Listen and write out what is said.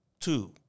Two